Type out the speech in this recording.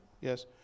Yes